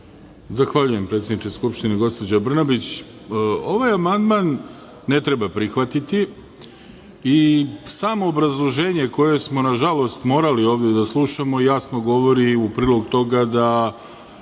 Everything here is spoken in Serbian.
Zahvaljujem, predsedniče Skupštine gospođo Brnabić. Ovaj amandman ne treba prihvatiti i samo obrazloženje koje smo, nažalost, morali ovde da slušamo jasno govori u prilog toga da